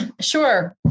sure